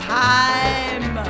time